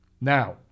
Now